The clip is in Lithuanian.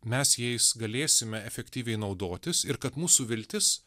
mes jais galėsime efektyviai naudotis ir kad mūsų viltis